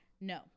No